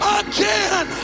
again